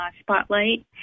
spotlight